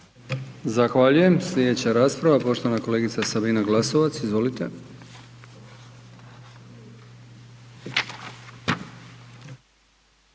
Zahvaljujem. Slijedeća rasprava poštovana kolegica Sabina Glasovac, izvolite.